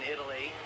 Italy